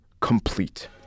complete